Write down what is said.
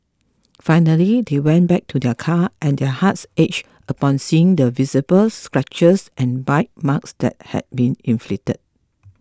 finally they went back to their car and their hearts ached upon seeing the visible scratches and bite marks that had been inflicted